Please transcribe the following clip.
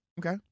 Okay